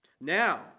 Now